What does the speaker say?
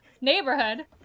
neighborhood